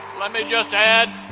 let me just add,